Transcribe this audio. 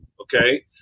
okay